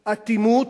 אטימות,